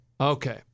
Okay